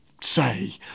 say